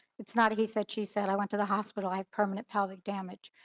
it's not he said, she said, i went to the hospital, i've permanent pelvic damage.